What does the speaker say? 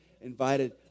invited